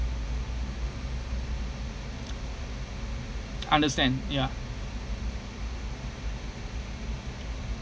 understand ya